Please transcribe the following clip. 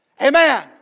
amen